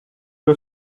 was